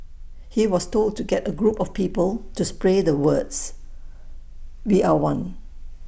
he was told to get A group of people to spray the words we are one